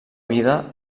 vida